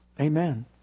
Amen